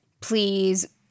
please